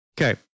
Okay